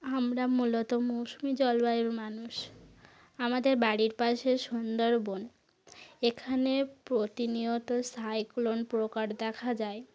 আমরা মূলত মৌসুমি জলবায়ুর মানুষ আমাদের বাড়ির পাশে সুন্দরবন এখানে প্রতিনিয়ত সাইক্লোন প্রকার দেখা যায়